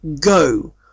Go